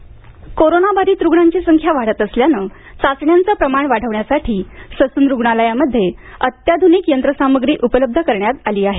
चाचण्या कोरोनाबाधित रुग्णांची संख्या वाढत असल्यानं चाचण्यांचं प्रमाण वाढविण्यासाठी ससून रुग्णालयामध्ये अत्याधुनिक यंत्रसामग्री उपलब्ध करण्यात आली आहे